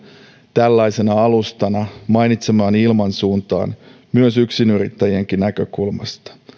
tällaisena alustana mainitsemaani ilmansuuntaan myös yksinyrittäjien näkökulmasta